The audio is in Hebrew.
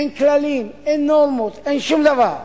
אין כללים, אין נורמות, אין שום דבר.